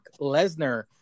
Lesnar